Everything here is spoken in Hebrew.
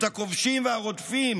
את הכובשים והרודפים,